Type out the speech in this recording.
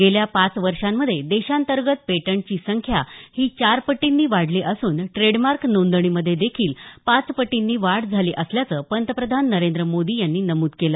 गेल्या पाच वर्षांमधे देशांतर्गत पेटंटची संख्या ही चार पटींनी वाढले असून ट्रेडमार्क नोंदणीमधे देखील पाच पटींनी वाढ झाली असल्याचं पंतप्रधान मोदी यांनी नमूद केलं